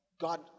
God